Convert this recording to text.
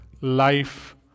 life